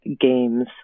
games